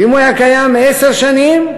ואם הוא היה קיים עשר שנים,